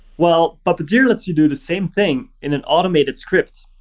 well, puppeteer lets you do the same thing in an automated script.